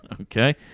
Okay